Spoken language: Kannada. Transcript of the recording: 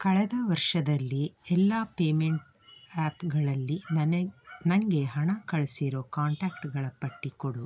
ಕಳೆದ ವರ್ಷದಲ್ಲಿ ಎಲ್ಲ ಪೇಮೆಂಟ್ ಹ್ಯಾಪ್ಗಳಲ್ಲಿ ನನಗೆ ನನಗೆ ಹಣ ಕಳಿಸಿರೋ ಕಾಂಟ್ಯಾಕ್ಟ್ಗಳ ಪಟ್ಟಿ ಕೊಡು